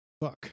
book